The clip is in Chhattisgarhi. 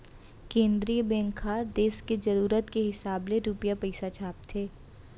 केंद्रीय बेंक ह देस के जरूरत के हिसाब ले रूपिया पइसा छापथे